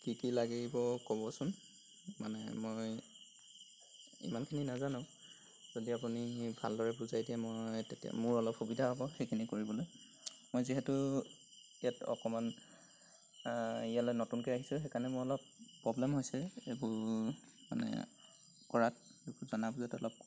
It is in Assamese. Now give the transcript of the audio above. কি কি লাগিব ক'বচোন মানে মই ইমানখিনি নাজানো যদি আপুনি ভালদৰে বুজাই দিয়ে মই তেতিয়া মোৰ অলপ সুবিধা হ'ব সেইখিনি কৰিবলৈ মই যিহেতু ইয়াত অকমান ইয়ালৈ নতুনকৈ আহিছোঁ সেইকাৰণে মোৰ অলপ প্ৰব্লেম হৈছে এইবোৰ মানে কৰাত এইবোৰ জনা বুজাত অলপ